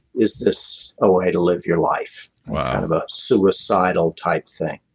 is this a way to live your life kind of a suicidal type thing.